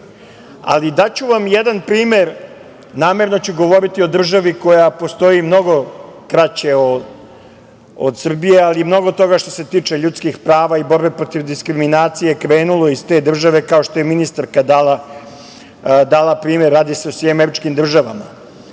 primer. Daću vam jedan primer, namerno ću govoriti o državi koja postoji mnogo kraće od Srbije, ali mnogo toga što se tiče ljudskih prava i borbe protiv diskriminacije je krenulo iz te države, kao što je ministarka dala primer. Radi se o SAD. Često se dešava